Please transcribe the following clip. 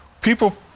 People